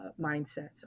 mindsets